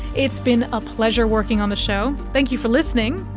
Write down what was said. it's been a pleasure working on the show, thank you for listening.